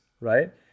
right